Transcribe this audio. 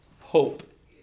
hope